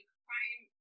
crime